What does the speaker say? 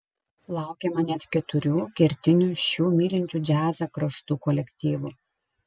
laukiama net keturių kertinių šių mylinčių džiazą kraštų kolektyvų